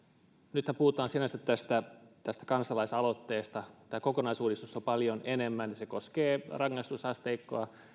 nythän puhutaan sinänsä tästä tästä kansalaisaloitteesta tämä kokonaisuudistus on paljon enemmän se koskee rangaistusasteikkoa